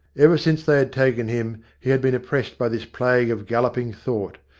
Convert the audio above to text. ever since they had taken him he had been oppressed by this plague of galloping thought,